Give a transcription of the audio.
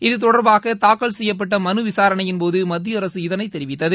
இதுதொடர்பாக தாக்கல் செய்யப்பட்ட மனு விசாரணையின்போது மத்தியஅரசு இதனை தெரிவித்தது